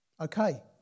Okay